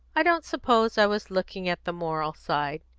i don't suppose i was looking at the moral side.